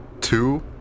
two